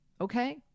Okay